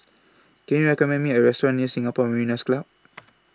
Can YOU recommend Me A Restaurant near Singapore Mariners' Club